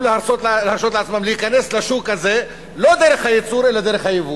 להרשות לעצמם להיכנס לשוק הזה לא דרך הייצור אלא דרך הייבוא.